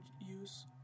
use